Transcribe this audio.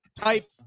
type